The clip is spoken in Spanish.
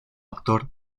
actor